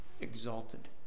Exalted